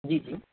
جی جی